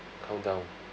calm down